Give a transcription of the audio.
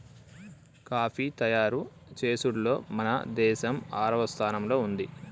coffee తయారు చేసుడులో మన దేసం ఆరవ స్థానంలో ఉంది